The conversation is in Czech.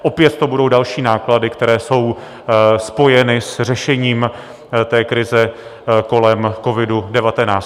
Opět to budou další náklady, které jsou spojeny s řešením krize kolem covidu19.